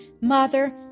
Mother